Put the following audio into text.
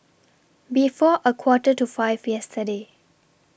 before A Quarter to five yesterday